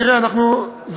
תראה, אנחנו זריזים.